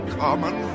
common